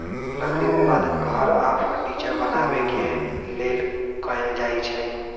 लकड़ी उत्पादन घर आऽ फर्नीचर बनाबे के लेल कएल जाइ छइ